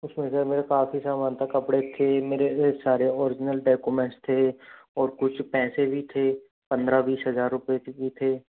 उसमें सर मेरा काफ़ी सामान था कपड़े थे मेरे सारे ओरिजिनल डाक्यूमेंट्स थे और कुछ पैसे भी थे पंद्रह बीस हज़ार रुपए भी थे